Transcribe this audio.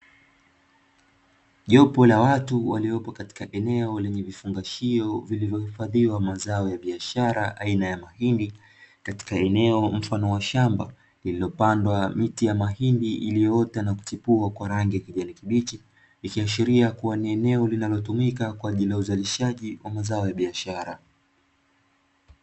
Jopo la watu waliopo katika eneo lenye vifungashio vilivyohifadhiwa mazao ya biashara aina ya mahindi, katika eneo mfano wa shamba lililopandwa miti ya mahindi iliyoota na kuchipua kwa rangi ya kijani kibichi; ikiashiria kuwa ni eneo linalotumika kwa ajili ya uzalishaji wa mazao ya biashara.